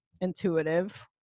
intuitive